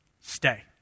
stay